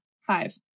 Five